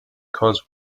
cause